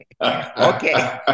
okay